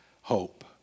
hope